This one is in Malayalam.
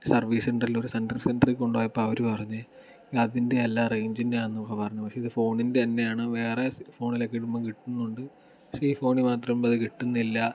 സർവീസ് സെന്ററിൽ ഒരു സെന്റർ സെന്ററിൽ കൊണ്ടു പോയപ്പോൾ അവർ പറഞ്ഞു അതിൻ്റെ അല്ല റേഞ്ചിൻ്റെ ആണെന്ന് ഒക്കെ പറഞ്ഞു പക്ഷേ ഇത് ഫോണിൻ്റെ തന്നെയാണ് വേറെ ഫോണിലൊക്കെ ഇടുമ്പോൾ കിട്ടുന്നുണ്ട് പക്ഷേ ഈ ഫോണിൽ മാത്രം ഇടുമ്പോൾ അത് കിട്ടുന്നില്ല